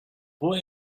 boy